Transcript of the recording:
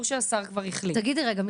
דיברנו על זה בדיון הקודם פורסם בעיתון,